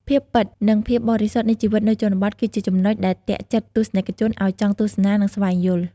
ភាពពិត និងភាពបរិសុទ្ធនៃជីវិតនៅជនបទ គឺជាចំណុចដែលទាក់ចិត្តទស្សនិកជនឲ្យចង់ទស្សនា និងស្វែងយល់។